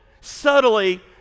subtly